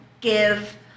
give